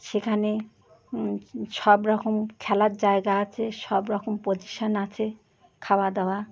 সেখানে সব রকম খেলার জায়গা আছে সব রকম পজিশন আছে খাওয়া দাওয়া